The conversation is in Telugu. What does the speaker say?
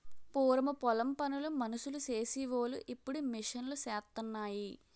పూరము పొలం పని మనుసులు సేసి వోలు ఇప్పుడు మిషన్ లూసేత్తన్నాయి